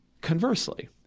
Conversely